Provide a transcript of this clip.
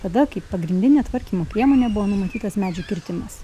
tada kaip pagrindinė tvarkymo priemonė buvo numatytas medžių kirtimas